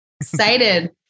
Excited